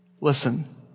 Listen